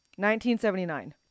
1979